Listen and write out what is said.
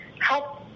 help